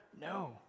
No